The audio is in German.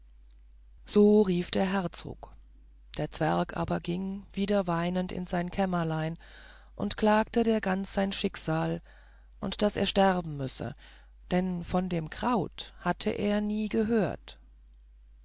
so rief der herzog der zwerg aber ging wieder weinend in sein kämmerlein und klagte der gans sein schicksal und daß er sterben müsse denn von dem kraut habe er nie gehört